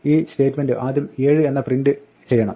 ഈ സ്റ്റേറ്റ്മെന്റ് ആദ്യം 7 എന്ന് പ്രിന്റ് ചെയ്യണം